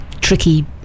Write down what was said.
tricky